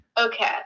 Okay